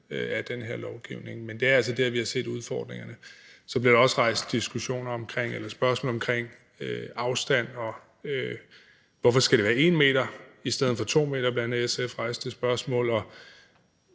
af den her lovgivning. Men det er altså der, hvor vi har set udfordringerne. Så bliver der også rejst spørgsmål omkring afstand, og hvorfor det skal være 1 meter i stedet for 2 meter – bl.a. SF rejste det spørgsmål. Og